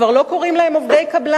כבר לא קוראים להם "עובדי קבלן",